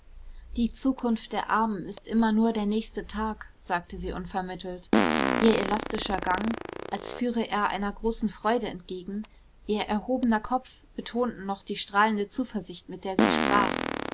die zukunft der armen ist immer nur der nächste tag sagte sie unvermittelt ihr elastischer gang als führe er einer großen freude entgegen ihr erhobener kopf betonten noch die strahlende zuversicht mit der sie sprach